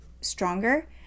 stronger